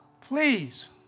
please